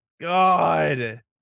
god